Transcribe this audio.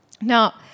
Now